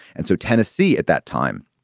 and so tennessee, at that time,